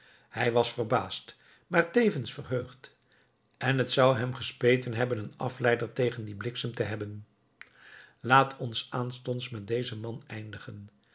hij was verbaasd maar tevens verheugd en t zou hem zeer gespeten hebben een afleider tegen dien bliksem te hebben laat ons aanstonds met dezen man eindigen